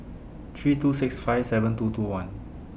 three two six five seven two two one